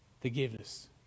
forgiveness